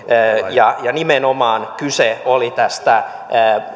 ja ja nimenomaan kyse oli tästä